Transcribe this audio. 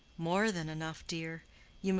more than enough, dear.